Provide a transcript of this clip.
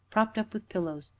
propped up with pillows,